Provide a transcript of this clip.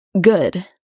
Good